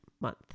month